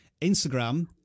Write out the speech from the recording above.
Instagram